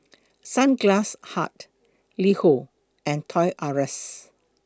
Sunglass Hut LiHo and Toys R S